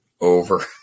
over